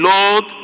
Lord